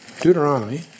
Deuteronomy